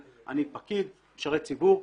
אני פקיד, משרת ציבור,